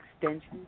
extension